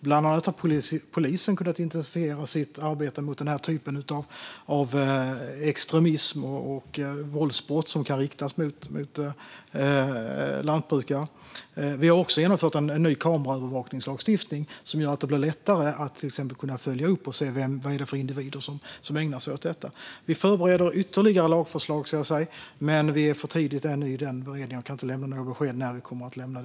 Bland annat har polisen kunnat intensifiera sitt arbete mot denna typ av extremism och våldsbrott som riktas mot lantbrukare. Vi har också genomfört en ny kameraövervakningslagstiftning, som gör att det blir lättare att till exempel följa upp och se vad det är för individer som ägnar sig åt detta. Vi förbereder ytterligare lagförslag. Vi är dock ännu för tidigt i den beredningen för att jag ska kunna lämna något besked om när de kommer att lämnas.